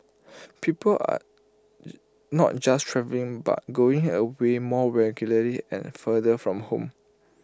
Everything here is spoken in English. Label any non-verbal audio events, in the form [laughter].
people are [unintelligible] not just travelling but going away more regularly and further from home